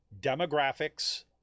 demographics